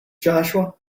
joshua